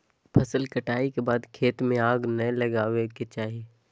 फसल कटाई के बाद खेत में आग नै लगावय के चाही